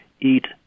eat